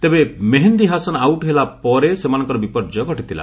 ତେବେ ମେହେଦି ହାସନ ଆଉଟ ହେଲା ପରେ ସେମାନଙ୍କର ବିପର୍ଯ୍ୟୟ ଘଟିଥିଲା